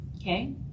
okay